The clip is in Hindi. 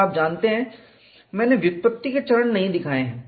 और आप जानते हैं मैंने व्युत्पत्ति के चरण नहीं दिखाए हैं